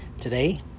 Today